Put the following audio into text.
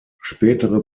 spätere